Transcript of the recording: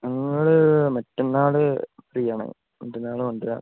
നാൾ മറ്റന്നാൾ ഫ്രീയാണ് മറ്റന്നാൾ കൊണ്ട് വരാം